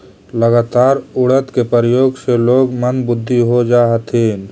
लगातार उड़द के प्रयोग से लोग मंदबुद्धि हो जा हथिन